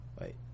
wait